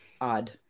odd